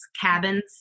cabins